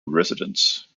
residents